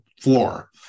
floor